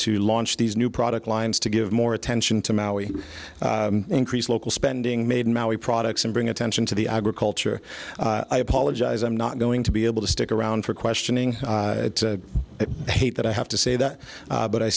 to launch these new product lines to give more attention to maui increase local spending made in maui products and bring attention to the agriculture i apologize i'm not going to be able to stick around for questioning hate that i have to say that but i